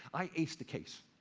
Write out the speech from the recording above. i aced the case.